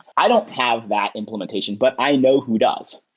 i don't have that implementation, but i know who does.